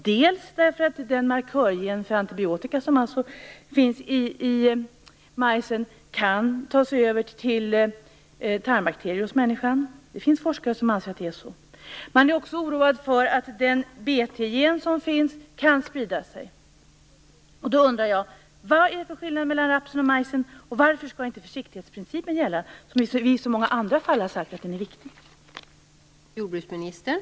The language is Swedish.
Det finns forskare som anser att den markörgen för antibiotika som finns i majsen kan ta sig över till tarmbakterier hos människan. Forskarna är också oroade för att Bt-genen kan sprida sig. Jag undrar vad det är för skillnad mellan majsen och rapsen. Varför skall inte försiktighetsprincipen gälla? I många andra fall har man ju sagt att den är så viktig.